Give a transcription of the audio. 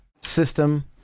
system